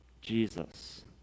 Jesus